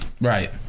right